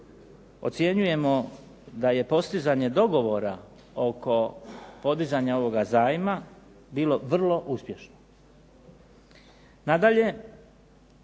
ocjenjujemo da je postizanje dogovora oko podizanje ovoga zajma bilo vrlo uspješno.